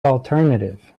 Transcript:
alternative